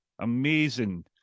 amazing